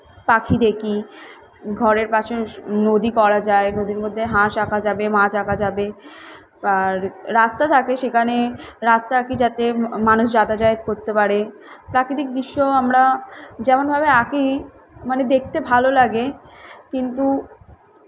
পাখি দেখি ঘরের পাশে স নদী করা যায় নদীর মধ্যে হাঁস আঁকা যাবে মাছ আঁকা যাবে আর রাস্তা থাকে সেখানে রাস্তা কি যাতে মানুষ যাতাযাত করতে পারে প্রাকৃতিক দৃশ্য আমরা যেমনভাবে আঁকি মানে দেখতে ভালো লাগে কিন্তু